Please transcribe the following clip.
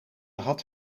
had